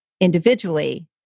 individually